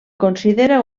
considera